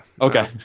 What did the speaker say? Okay